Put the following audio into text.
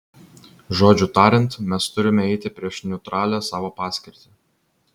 žodžiu tariant mes turime eiti prieš neutralią savo paskirtį